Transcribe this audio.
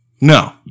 no